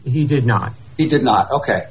he did not he did not ok